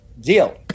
deal